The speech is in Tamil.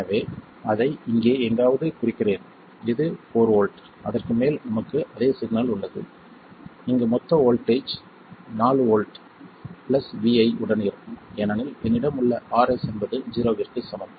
எனவே அதை இங்கே எங்காவது குறிக்கிறேன் இது 4 வோல்ட் அதற்கு மேல் நமக்கு அதே சிக்னல் உள்ளது இங்கு மொத்த வோல்ட்டேஜ் 4 வோல்ட் ப்ளஸ் Vi உடன் இருக்கும் ஏனெனில் என்னிடம் உள்ள Rs என்பது ஜீரோவிற்கு சமம்